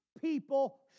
people